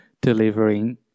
delivering